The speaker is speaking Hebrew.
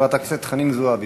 חברת הכנסת חנין זועבי,